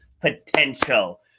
potential